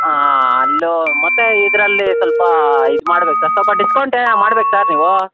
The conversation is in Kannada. ಆಂ ಅಲ್ಲೂ ಮತ್ತೆ ಇದರಲ್ಲಿ ಸ್ವಲ್ಪ ಇದು ಮಾಡ್ಬೇಕು ಸ್ವಲ್ಪ ಡಿಸ್ಕೌಂಟ್ ಏನು ಮಾಡ್ಬೇಕು ಸರ್ ನೀವು